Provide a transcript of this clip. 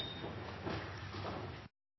Takk